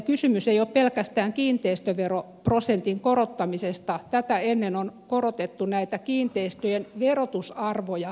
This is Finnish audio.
kysymys ei ole pelkästään kiinteistöveroprosentin korottamisesta tätä ennen on korotettu näitä kiinteistöjen verotusarvoja merkittävällä tavalla